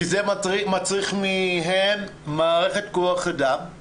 כי זה מצריך מהם מערכת כוח-אדם,